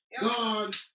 God